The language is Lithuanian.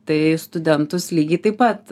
tai studentus lygiai taip pat